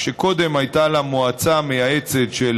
קודם הייתה לה מועצה מייעצת של